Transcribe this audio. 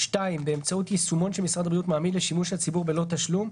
באמצעות יישומון שמשרד הבריאות מעמיד לשימוש הציבור בלא תשלום,